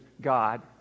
God